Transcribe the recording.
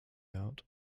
out